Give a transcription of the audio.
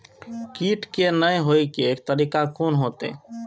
कीट के ने हे के तरीका कोन होते?